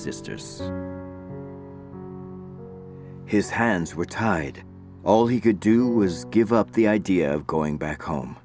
sisters his hands were tied all he could do was give up the idea of going back home